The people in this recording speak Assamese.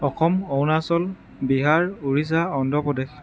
অসম অৰুণাচল বিহাৰ উৰিষ্যা অন্ধ্ৰপ্ৰদেশ